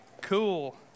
Cool